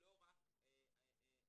לא רק מעשים